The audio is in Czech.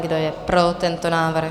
Kdo je pro tento návrh?